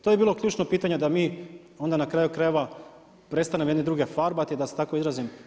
To bi bilo ključno pitanje da mi onda na kraju krajeva prestanemo jedni druge farbati, da se tako izrazim.